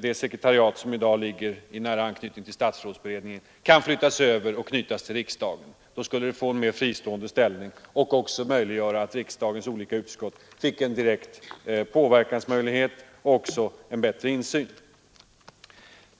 det sekretariat som i dag ligger i nära anknytning till statsrådsberedningen, kan flyttas över och knytas till riksdagen. Då skulle sekretariatet få en mer fristående ställning, och riksdagen skulle få en direkt påverkansmöjlighet samt en bättre insyn.